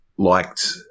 liked